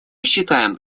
считаем